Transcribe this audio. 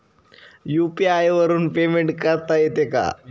UPI वरून payment करता येते का?